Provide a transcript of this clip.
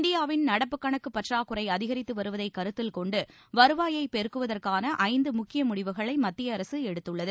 இந்தியாவின் நடப்புக் கணக்குப் பற்றாக்குறை அதிகரித்து வருவதை கருத்தில் கொண்டு வருவாயைப் பெருக்குவதற்கான ஐந்து முக்கிய முடிவுகளை மத்திய அரசு எடுத்துள்ளது